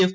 F